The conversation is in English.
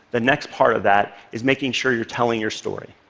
the next part of that is making sure you're telling your story.